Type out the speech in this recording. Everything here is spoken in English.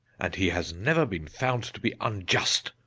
and he has never been found to be unjust!